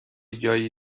جایی